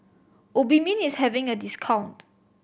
Obimin is having a discount